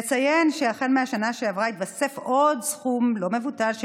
נציין שהחל מהשנה שעברה התווסף עוד סכום לא מבוטל של